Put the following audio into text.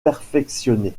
perfectionné